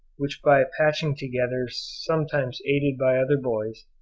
which by patching together, sometimes aided by other boys,